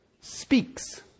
Speaks